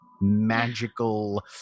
magical